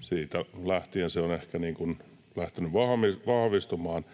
siitä lähtien se on ehkä lähtenyt vahvistumaan.